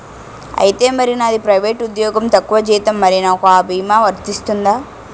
ఐతే మరి నాది ప్రైవేట్ ఉద్యోగం తక్కువ జీతం మరి నాకు అ భీమా వర్తిస్తుందా?